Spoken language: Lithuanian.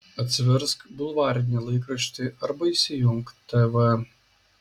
atsiversk bulvarinį laikraštį arba įsijunk tv